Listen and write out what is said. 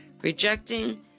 rejecting